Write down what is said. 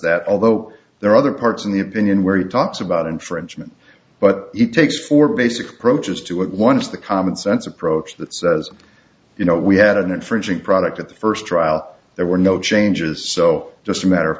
that although there are other parts of the opinion where he talks about infringement but he takes four basic approaches to it one is the common sense approach that says you know we had an infringement product at the first trial there were no changes so just a matter of